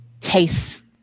taste